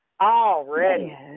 Already